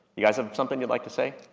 you guys have something you'd like to say?